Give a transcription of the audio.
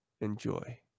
enjoy